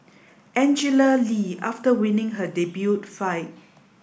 Angela Lee after winning her debut fight